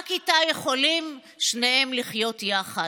רק איתה יכולים שניהם לחיות יחד.